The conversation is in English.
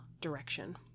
direction